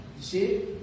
see